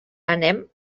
anem